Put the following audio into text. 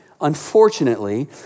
Unfortunately